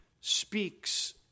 speaks